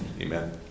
Amen